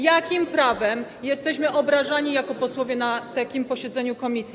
Jakim prawem jesteśmy obrażani jako posłowie na takim posiedzeniu komisji?